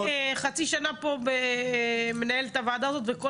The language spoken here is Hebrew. בינתיים אני חצי שנה פה מנהלת את הוועדה הזאת וכל